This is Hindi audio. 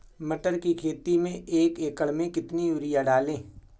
मटर की खेती में एक एकड़ में कितनी यूरिया डालें?